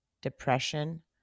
Depression